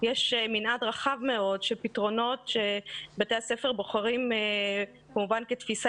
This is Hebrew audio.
יש מנעד רחב מאוד של פתרונות שבתי הספר בוחרים כמובן כתפיסה